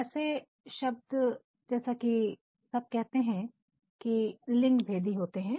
ऐसे शब्द जैसा कि सब कहते हैं की लिंगभेदी होते हैं